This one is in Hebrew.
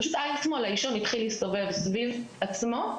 פשוט האישון של עין שמאל התחיל להסתובב סביב עצמו.